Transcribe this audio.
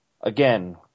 Again